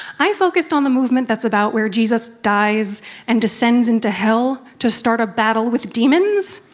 i focused on the movement that's about where jesus dies and descends into hell to start a battle with demons.